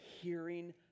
hearing